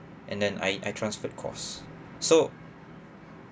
and then I I transferred course so